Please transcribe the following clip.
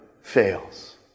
fails